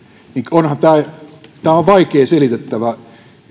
onhan tämä vaikea selitettävä